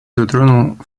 затронул